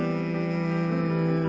and